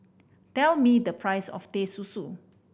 tell me the price of Teh Susu